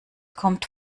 kommt